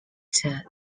that